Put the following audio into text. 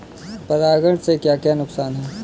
परागण से क्या क्या नुकसान हैं?